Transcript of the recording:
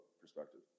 perspective